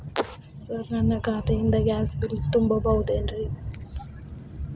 Sir ನನ್ನ ಖಾತೆಯಿಂದ gas bill ತುಂಬಹುದೇನ್ರಿ?